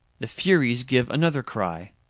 the furies give another cry.